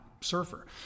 surfer